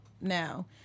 now